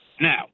Now